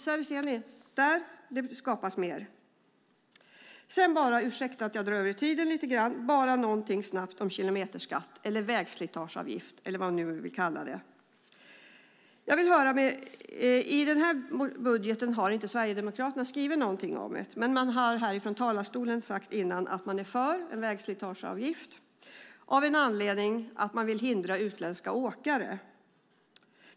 Där ser ni att det skapas mer jobb! Ursäkta att jag lite grann drar över talartiden. Helt snabbt vill jag bara säga några ord om kilometerskatten - vägslitageavgiften eller vad ni nu vill kalla det här för. Sverigedemokraterna skriver inte någonting om detta i sitt budgetförslag. Men här i talarstolen har man tidigare sagt att man är för en vägslitageavgift av den anledningen att man vill hindra utländska åkare.